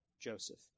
Joseph